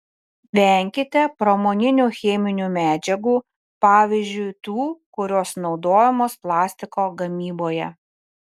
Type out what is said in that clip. venkite pramoninių cheminių medžiagų pavyzdžiui tų kurios naudojamos plastiko gamyboje